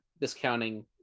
discounting